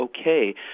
okay